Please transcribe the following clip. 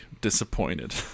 disappointed